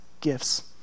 gifts